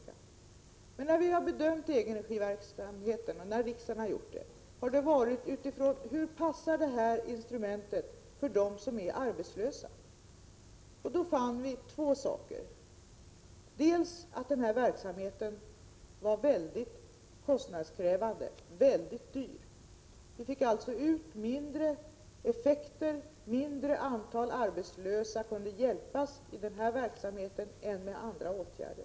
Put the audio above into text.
När regeringen och riksdagen har bedömt egenregiverksamheten har man gjort det utifrån frågan: Hur passar detta instrument för dem som är arbetslösa? Då fann vi två saker: För det första var verksamheten mycket kostnadskrävande — den var väldigt dyr. Vi fick ut mindre effekt, ett mindre antal arbetslösa kunde hjälpas i den här verksamheten än med andra åtgärder.